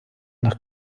nach